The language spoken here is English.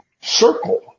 circle